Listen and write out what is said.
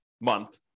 month